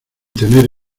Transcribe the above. tener